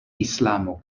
islamo